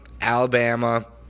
Alabama